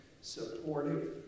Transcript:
supportive